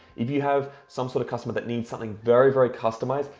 if you have some sort of customer that needs something very, very customized,